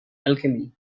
alchemy